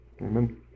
amen